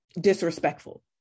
disrespectful